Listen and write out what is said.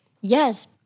Yes